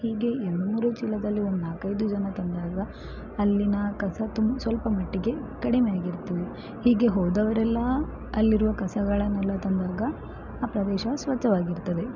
ಹೀಗೆ ಎರಡ್ಮೂರು ಚೀಲದಲ್ಲಿ ಒಂದು ನಾಲ್ಕೈದು ಜನ ತಂದಾಗ ಅಲ್ಲಿನ ಕಸ ತುಮ್ ಸ್ವಲ್ಪ ಮಟ್ಟಿಗೆ ಕಡಿಮೆಯಾಗಿರ್ತದೆ ಹೀಗೆ ಹೋದವರೆಲ್ಲ ಅಲ್ಲಿರುವ ಕಸಗಳನ್ನೆಲ್ಲ ತಂದಾಗ ಆ ಪ್ರದೇಶ ಸ್ವಚ್ಛವಾಗಿರ್ತದೆ